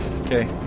Okay